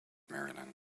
maryland